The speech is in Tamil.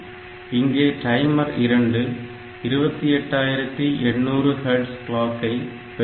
இங்கே டைமர் 2 28800 ஹேர்ட்ஸ் கிளாக்கை பெறுகிறது